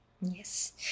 yes